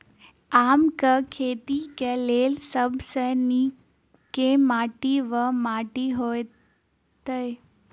आमक खेती केँ लेल सब सऽ नीक केँ माटि वा माटि हेतै?